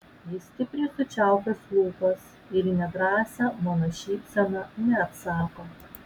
jis stipriai sučiaupęs lūpas ir į nedrąsią mano šypseną neatsako